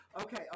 Okay